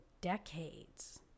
decades